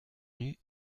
venus